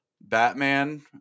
batman